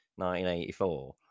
1984